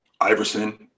Iverson